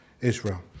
Israel